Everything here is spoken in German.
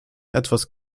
etwas